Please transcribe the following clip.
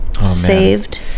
saved